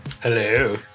Hello